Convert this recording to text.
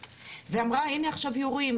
ואמרה הינה עכשיו יורים,